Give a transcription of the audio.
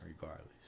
regardless